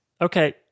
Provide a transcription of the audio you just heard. okay